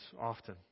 often